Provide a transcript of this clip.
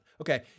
okay